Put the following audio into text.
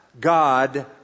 God